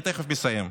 אני תכף מסיים.